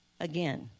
again